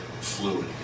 fluid